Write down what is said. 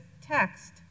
text